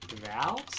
router